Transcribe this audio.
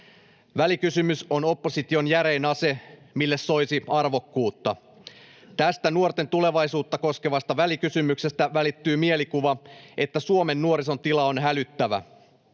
Välikysymys on opposition järein ase, mille soisi arvokkuutta. Tästä nuorten tulevaisuutta koskevasta välikysymyksestä välittyy mielikuva, että Suomen nuorison tila on hälyttävä.